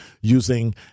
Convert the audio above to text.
using